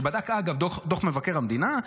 לפי דוח מבקר המדינה,